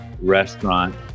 restaurant